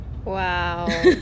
Wow